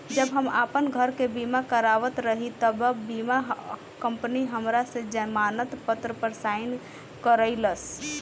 जब हम आपन घर के बीमा करावत रही तब बीमा कंपनी हमरा से जमानत पत्र पर साइन करइलस